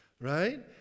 Right